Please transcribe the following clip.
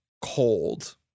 cold